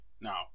now